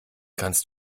kannst